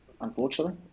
unfortunately